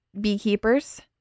beekeepers